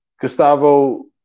Gustavo